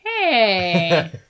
hey